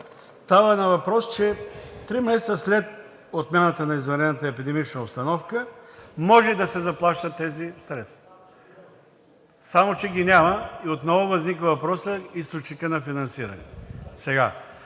става на въпрос, че три месеца след отмяната на извънредната епидемична обстановка може да се заплащат тези средства. Само че ги няма и отново възниква въпросът за източника на финансиране.